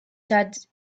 that